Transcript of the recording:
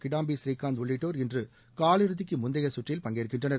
கிடாம்பி ஸ்ரீகாந்த் உள்ளிட்டோர் இன்று காலியிறுதி முந்தைய கற்றுக்கு பங்கேற்கின்றனர்